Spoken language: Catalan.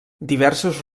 diversos